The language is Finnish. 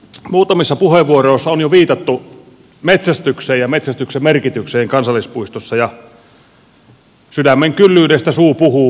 muutamissa puheenvuoroissa on jo viitattu metsästykseen ja metsästyksen merkitykseen kansallispuistossa ja sydämen kyllyydestä suu puhuu